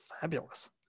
Fabulous